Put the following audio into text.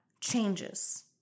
changes